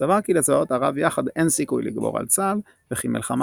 סבר כי לצבאות ערב יחד אין סיכוי לגבור על צה"ל וכי מלחמה